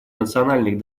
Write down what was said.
национальных